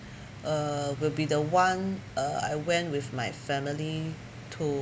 uh will be the one uh I went with my family to